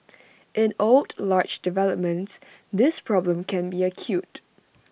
in old large developments this problem can be acute